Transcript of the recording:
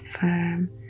firm